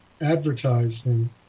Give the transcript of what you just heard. advertising